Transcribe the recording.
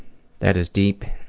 that is deep.